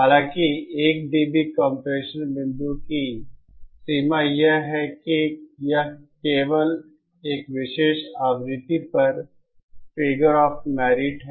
हालांकि इस 1 dB compression बिंदु की सीमा यह है कि यह केवल एक विशेष आवृत्ति पर फिगर ऑफ मेरिट है